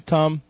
Tom